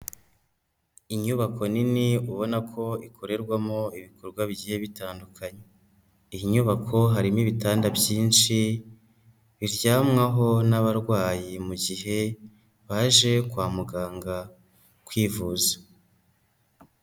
Inyubako nini ubona ko ikorerwamo ibikorwa bigiye bitandukanye. Iyi nyubako harimo ibitanda byinshi biryamwaho n'abarwayi mu gihe baje kwa muganga kwivuza.